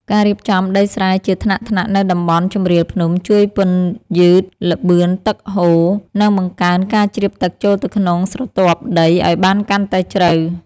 ការរៀបចំដីស្រែជាថ្នាក់ៗនៅតំបន់ជម្រាលភ្នំជួយពន្យឺតល្បឿនទឹកហូរ និងបង្កើនការជ្រាបទឹកចូលទៅក្នុងស្រទាប់ដីឱ្យបានកាន់តែជ្រៅ។